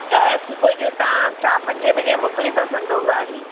त सुबूह जो तव्हां चा पंज बजे मोकिले था सघंदौ गाड़ी